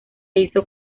hizo